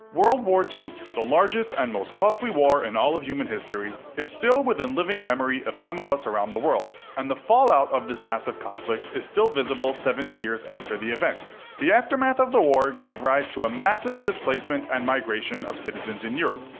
world war two, the largest and most costly war in and all of human history, is still within living memory of some of us around the world, and the fallout of this massive conflict is still visible seventy years after the event. the aftermath of the war gave rise to a massive displacement and migration of citizens in europe.